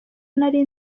nari